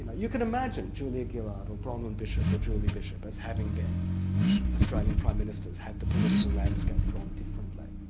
you know, you can imagine julia gillard or bronwyn bishop or julie bishop as having been australian prime ministers had the political landscape gone differently.